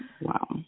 Wow